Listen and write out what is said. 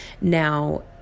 Now